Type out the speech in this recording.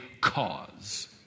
cause